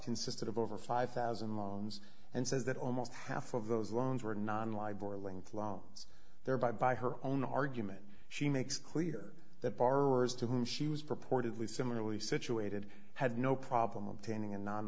consisted of over five thousand loans and says that almost half of those loans were non live or linked loans thereby by her own argument she makes clear that borrowers to whom she was purportedly similarly situated had no problem obtaining a non